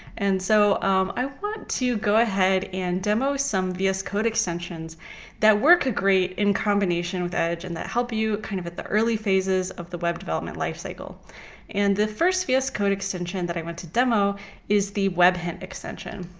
and so i want to go ahead and demo some vs code extensions that work great in combination with edge and that help you kind of at the early phases of the web development life-cycle. and the first vs code extension that i want to demo is the webhint extension.